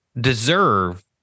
deserve